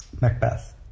Macbeth